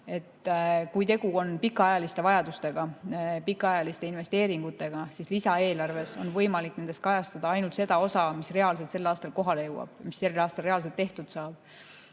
kui tegu on pikaajaliste vajadustega, pikaajaliste investeeringutega, siis lisaeelarves on võimalik nendest kajastada ainult seda osa, mis reaalselt sel aastal kohale jõuab, mis sellel aastal reaalselt tehtud saab. On